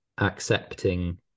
accepting